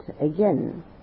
again